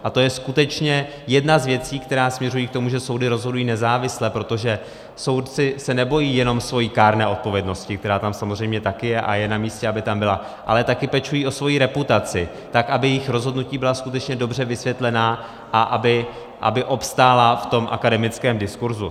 A to je skutečně jedna z věcí, které směřují k tomu, že soudy rozhodují nezávisle, protože soudci se nebojí jenom své kárné odpovědnosti, která tam samozřejmě také je, a je namístě, aby tam byla, ale také pečují o svoji reputaci, tak aby jejich rozhodnutí byla skutečně dobře vysvětlená a aby obstála v tom akademickém diskurzu.